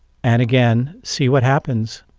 and again, see what happens.